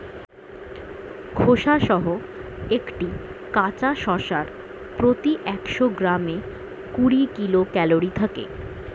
খোসাসহ একটি কাঁচা শসার প্রতি একশো গ্রামে কুড়ি কিলো ক্যালরি থাকে